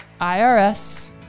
IRS